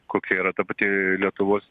kokia yra ta pati lietuvos